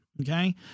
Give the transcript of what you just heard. Okay